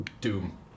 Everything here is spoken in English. doom